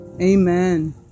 amen